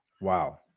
Wow